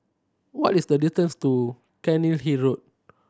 what is the distance to Cairnhill Road